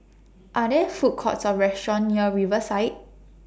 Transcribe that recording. Are There Food Courts Or restaurants near Riverside